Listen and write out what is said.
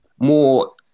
more